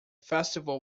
festival